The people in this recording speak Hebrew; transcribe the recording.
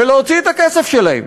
ולהוציא את הכסף שלהם.